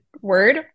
word